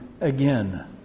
again